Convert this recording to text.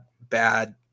bad